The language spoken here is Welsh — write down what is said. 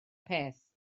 peth